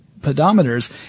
pedometers